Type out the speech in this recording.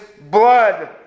blood